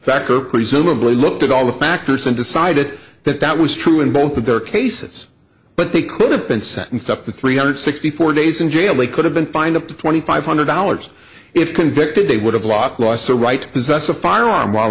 bakker presumably looked at all the factors and decided that that was true in both of their cases but they could have been sentenced up to three hundred sixty four days in jail they could have been fined up to twenty five hundred dollars if convicted they would have lost loss or right possess a firearm while